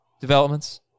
developments